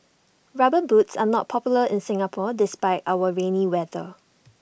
rubber boots are not popular in Singapore despite our rainy weather